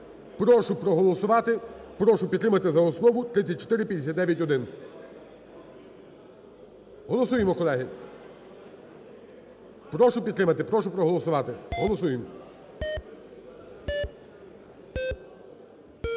Прошу проголосувати, прошу підтримати за основу 3459-1. Голосуємо, колеги. Прошу підтримати, прошу проголосувати, голосуємо.